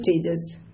stages